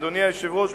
אדוני היושב-ראש,